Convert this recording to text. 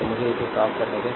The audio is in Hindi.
तो मुझे इसे साफ करने दें